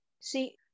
see